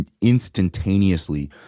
instantaneously